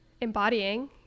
embodying